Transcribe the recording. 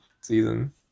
season